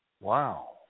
Wow